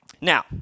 Now